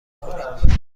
کنید